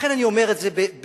לכן אני אומר את זה כמעט